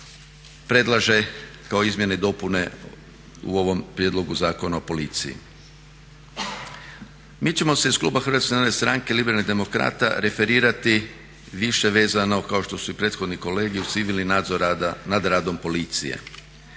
predlaže kao izmjene i dopune u ovom Prijedlogu Zakona o policiji. Mi ćemo se iz kluba Hrvatske narodne stranke-Liberalnih demokrata referirati više vezano kao što su i prethodni kolege civilni nadzor rada nad radom policije.